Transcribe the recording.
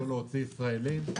לא להוציא ישראלים.